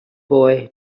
boy